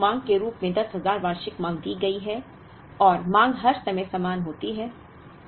जबकि वार्षिक माँग के रूप में 10000 वार्षिक मांग दी गई थी और मांग हर समय समान होती है